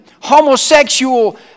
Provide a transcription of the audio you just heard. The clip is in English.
homosexual